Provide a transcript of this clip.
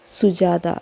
Sujatha